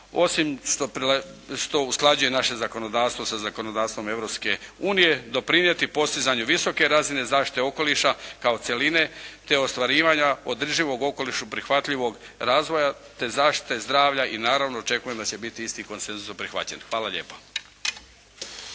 osim što usklađuje naše zakonodavstvo sa zakonodavstvom Europske unije doprinijeti postizanju visoke razine zaštite okoliša kao cjeline te ostvarivanja održivog okolišu prihvatljivog razvoja te zaštite zdravlja i naravno očekujem da će biti isti konsenzus za prihvaćanje. Hvala lijepo.